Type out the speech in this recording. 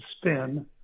spin